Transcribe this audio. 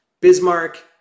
Bismarck